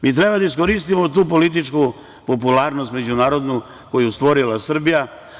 Mi treba da iskoristimo tu političku popularnost međunarodnu koju je stvorila Srbija.